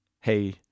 Hey